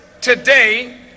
today